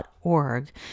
.org